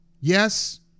Yes